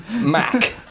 Mac